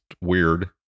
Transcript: weird